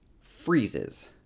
freezes